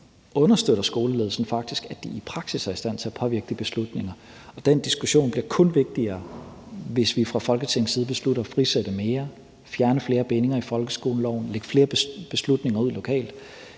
understøtter skoleledelsen faktisk, at de i praksis er med til at påvirke de beslutninger? Og den diskussion bliver kun vigtigere, hvis vi fra Folketingets side beslutter at frisætte mere, fjerne flere bindinger i folkeskoleloven og lægge flere beslutninger ud lokalt;